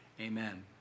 amen